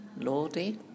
Lordy